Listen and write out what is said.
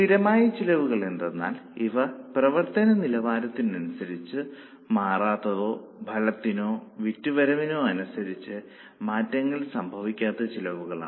സ്ഥിരമായ ചിലവുകൾ എന്തെന്നാൽ ഇവ പ്രവർത്തന നിലവാരത്തിനനുസരിച്ച് മാറാത്തതോ ഫലത്തിനോ വിറ്റുവരവിനോ അനുസരിച്ച് മാറ്റങ്ങൾ സംഭവിക്കാത്ത ചെലവുകളാണ്